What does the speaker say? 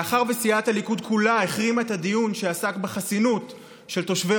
מאחר שסיעת הליכוד כולה החרימה את הדיון שעסק בחסינות של תושבי